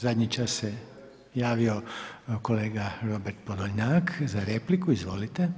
Zadnji čas se javio kolega Robert Podolnjak za repliku, izvolite.